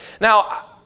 Now